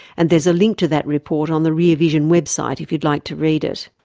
and there's a link to that report on the rear vision website if you'd like to read it.